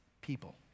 people